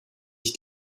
ich